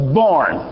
born